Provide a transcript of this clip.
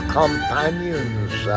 companions